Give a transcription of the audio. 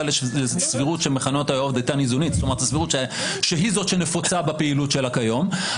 לסבירות שהיא זאת שנפוצה בפעילות שלה כיום,